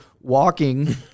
walking